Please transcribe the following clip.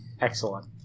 Excellent